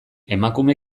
emakume